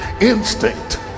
instinct